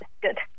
good